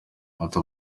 ati